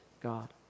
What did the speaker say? God